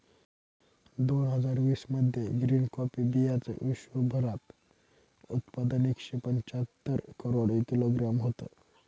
दोन हजार वीस मध्ये ग्रीन कॉफी बीयांचं विश्वभरात उत्पादन एकशे पंच्याहत्तर करोड किलोग्रॅम होतं